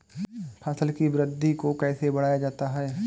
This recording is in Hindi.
फसल की वृद्धि को कैसे बढ़ाया जाता हैं?